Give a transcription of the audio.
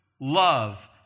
love